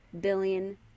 billion